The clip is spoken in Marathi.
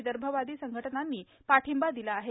विदर्भवादी संघटनांनी पाठिंबा दिला आहे